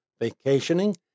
vacationing